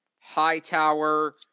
Hightower